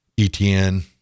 ETN